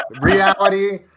Reality